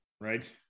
right